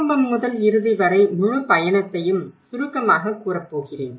ஆரம்பம் முதல் இறுதி வரை முழு பயணத்தையும் சுருக்கமாகக் கூறப் போகிறேன்